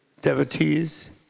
devotees